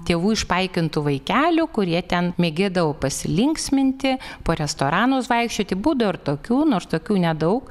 tėvų išpaikintų vaikelių kurie ten mėgėdavo pasilinksminti po restoranus vaikščioti būdavo ir tokių nors tokių nedaug